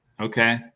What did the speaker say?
Okay